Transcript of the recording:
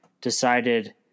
decided